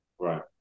Right